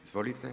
Izvolite.